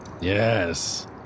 Yes